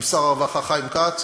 עם שר הרווחה חיים כץ,